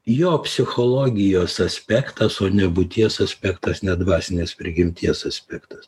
jo psichologijos aspektas o ne būties aspektas ne dvasinės prigimties aspektas